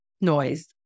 noise